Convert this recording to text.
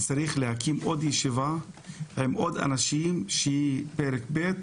וצריך לקיים עוד ישיבה עם עוד אנשים פרק ב',